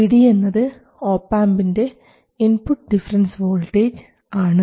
Vd എന്നത് ഒപാംപിൻറെ input difference voltage ആണ്